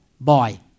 boy